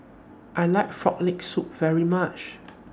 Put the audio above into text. I like Frog Leg Soup very much